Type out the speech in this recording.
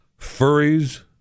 furries